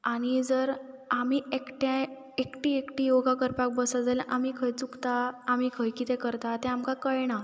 आनी जर आमी एकट्याय एकटी एकटी योगा करपाक बसत जाल्या आमी खंय चुकता आमी खंय कितें करता तें आमकां कळना